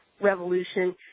revolution